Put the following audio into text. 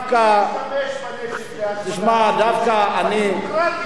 מי משתמש בנשק להשמדה המונית הדמוקרטיה,